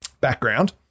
background